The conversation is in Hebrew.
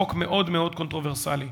חוק מאוד מאוד קונטרוברסלי.